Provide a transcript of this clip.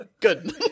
good